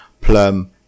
plum